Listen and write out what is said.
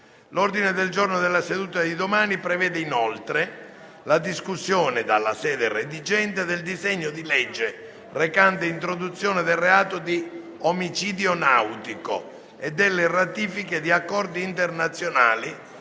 L'ordine del giorno della seduta di domani prevede, inoltre, la discussione, dalla sede redigente, del disegno di legge recante introduzione del reato di omicidio nautico e delle ratifiche di accordi internazionali